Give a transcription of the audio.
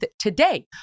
today